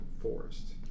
forest